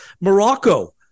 Morocco